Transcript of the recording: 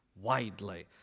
widely